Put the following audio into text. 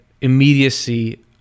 immediacy